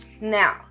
Now